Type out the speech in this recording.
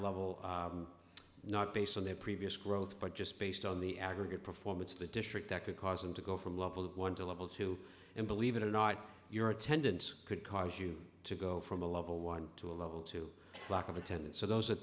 level not based on their previous growth but just based on the aggregate performance of the district that could cause them to go from level one to level two and believe it or not your attendance could cause you to go from a level one to a level two lack of attendance so those are